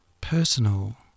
personal